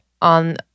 on